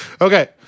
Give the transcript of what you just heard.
Okay